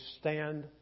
stand